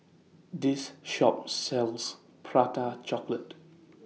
This Shop sells Prata Chocolate